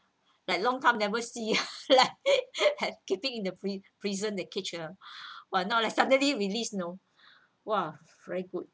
like long time never see had keeping in the pri~ prison the cage ah !wah! now like suddenly released you know !wah! very good